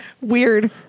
weird